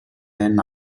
and